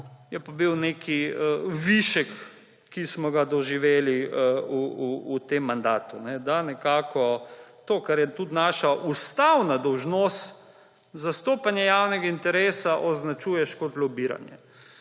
je pa bil nek višek, ki smo ga doživeli v tem mandatu, da nekako to, kar je tudi naša ustavna dolžnost, zastopanje javnega interesa, označuješ kot lobiranje.